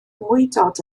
mwydod